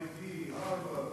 MIT, הרווארד.